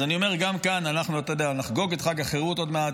אז אני אומר גם כאן: אנחנו נחגוג את חג החירות עוד מעט,